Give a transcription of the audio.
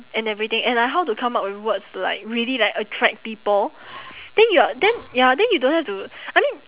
and everything and like how to come up with words like really like attract people then you are then ya then you don't have to I mean